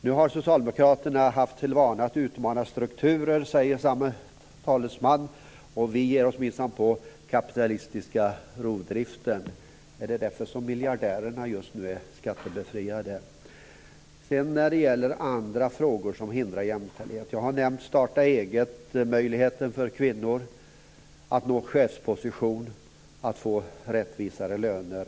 Nu har socialdemokraterna haft till vana att utmana strukturer, säger samme talesman, och vi ger oss minsann på kapitalistisk rovdrift. Är det därför som miljardärerna just nu är skattebefriade? När det gäller andra frågor som hindrar jämställdhet har jag nämnt starta-eget-möjligheter för kvinnor att nå chefsposition och få rättvisare löner.